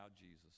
Jesus